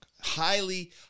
Highly